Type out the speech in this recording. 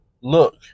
Look